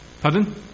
Pardon